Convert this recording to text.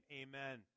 Amen